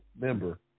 member